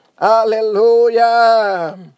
Hallelujah